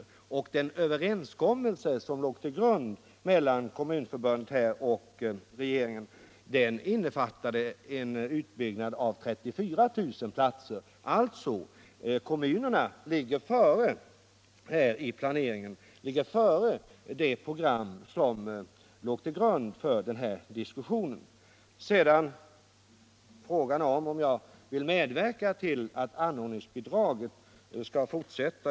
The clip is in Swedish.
Den grundläggande överenskommelsen mellan Kommunförbundet och regeringen innefattade en utbyggnad av 34 000 platser. Kommunerna ligger alltså i planeringen före det program som låg till grund för den här diskussionen. Så till frågan om jag vill medverka till att anordningsbidraget skall fortsätta.